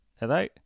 Hello